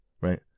right